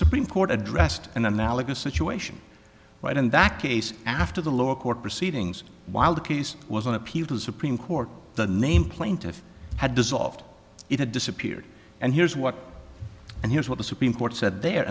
supreme court addressed an analogous situation right in that case after the lower court proceedings while the case was on appeal to the supreme court the name plaintiff had dissolved it had disappeared and here's what and here's what the supreme court said there